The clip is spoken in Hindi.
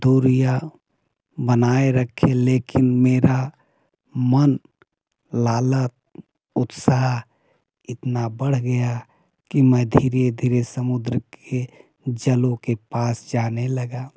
दूरियाँ बनाए रखे लेकिन मेरा मन लालक उत्साह इतना बढ़ गया कि मैं धीरे धीरे समुद्र के जलों के पास जाने लगा